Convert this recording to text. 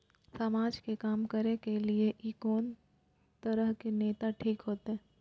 समाज के काम करें के ली ये कोन तरह के नेता ठीक होते?